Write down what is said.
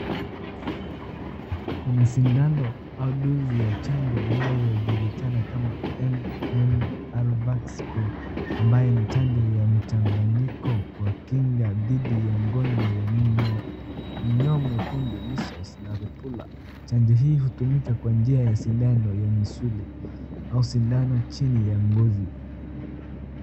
Kuna sindano au dozi ya chanjo inayojulikana kama MMR Vacc Pro ambayo ni chanjo ya mchanganyiko kwa kinga dhidi ya mgonjwa wa myoo mwekundu Measales na Rubella chanjo hii hutumika kwa njia ya sindano ya misuli au sindano chini ya ngozi.